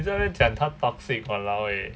你在那边讲他 toxic !walao! eh